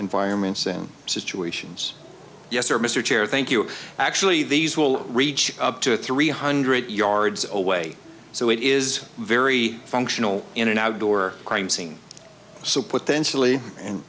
environments and situations yes or mr chair thank you actually these will reach up to three hundred yards away so it is very functional in an outdoor crime scene so potentially and